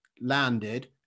landed